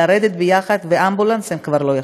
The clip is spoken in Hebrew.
לרדת יחד לאמבולנס הן כבר לא יכלו.